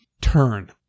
turn